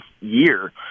year